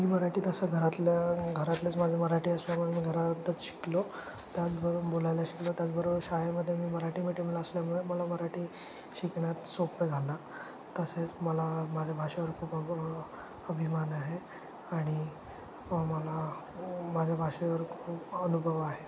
मी मराठीत असं घरातल्या घरातलेच माझे मराठी असल्यामुळे मी घरातच शिकलो त्याचबरोबर बोलायला शिकलो त्याचबरोबर शाळेमध्ये मी मराठी मीडियमला असल्यामुळे मला मराठी शिकण्यात सोपं झालं तसेच मला माझ्या भाषेवर खूप अभ अभिमान आहे आणि मला माझ्या भाषेवर खूप अनुभव आहे